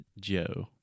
Joe